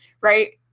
Right